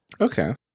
Okay